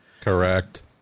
Correct